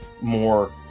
more